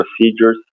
procedures